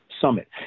summit